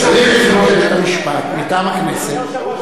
צריך לפנות לבית-המשפט מטעם הכנסת,